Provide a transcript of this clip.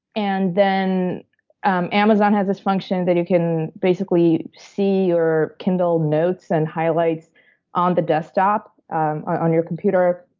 and then um amazon has this function that you can, basically, see your kindle notes and highlights on the desktop or on your computer.